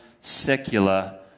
secular